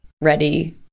ready